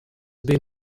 been